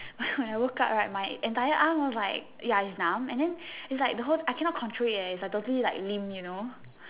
when I woke up right my entire arm was like ya it's numb and then it's like the whole I cannot control it it's like totally like limp you know